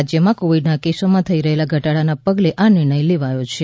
રાજ્યમાં કોવિડના કેસમાં થઈ રહેલાં ઘટાડાના પગલે આ નિર્ણય લેવાયો છે